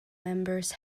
members